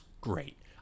great